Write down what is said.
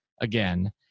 again